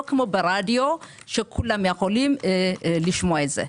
לא כמו ברדיו שכולם יכולים לשמוע את זה.